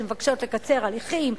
שמבקשות לקצר הליכים,